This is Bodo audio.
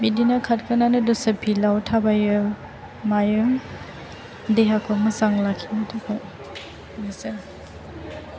बिदिनो खारखांनानै दसे फिल्दाव थाबायो मायो देहाखौ मोजां लाखिनो थाखाय हामबायसै